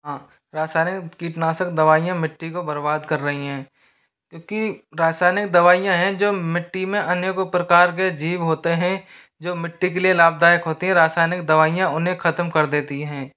हाँ रासायनिक कीटनाशक दवाइयाँ मिट्टी को बर्बाद कर रही हैं क्योंकि रासायनिक दवाइयाँ हैं जो मिट्टी में अनेको प्रकार के जीव होते हैं जो मिट्टी के लिए लाभदायक होती है रासायनिक दवाइयाँ उन्हें खत्म कर देती हैं